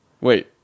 Wait